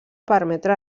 permetre